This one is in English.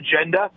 agenda